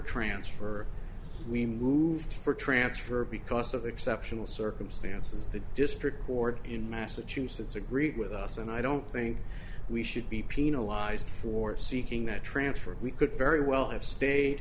transfer we moved for transfer because of the exceptional circumstances the district court in massachusetts agreed with us and i don't think we should be penalized for seeking that transfer we could very well have stayed